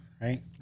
right